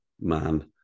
man